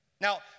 Now